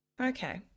Okay